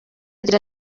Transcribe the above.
agira